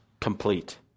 complete